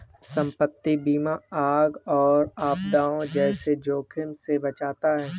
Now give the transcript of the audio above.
संपत्ति बीमा आग और आपदाओं जैसे जोखिमों से बचाता है